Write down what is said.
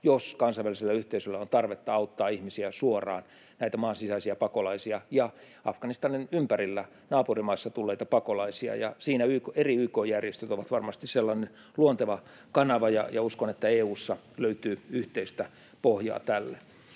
jos kansainvälisellä yhteisöllä on tarvetta auttaa ihmisiä suoraan, näitä maan sisäisiä pakolaisia ja Afganistanin ympärillä oleviin naapurimaihin tulleita pakolaisia. Siinä eri YK-järjestöt ovat varmasti sellainen luonteva kanava, ja uskon, että EU:ssa löytyy yhteistä pohjaa tälle.